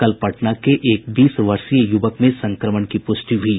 कल पटना के एक बीस वर्षीय युवक में संक्रमण की प्रष्टि हुयी